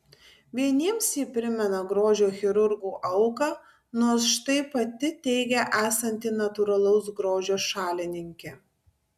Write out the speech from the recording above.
vieniems ji primena grožio chirurgų auką nors štai pati teigia esanti natūralaus grožio šalininkė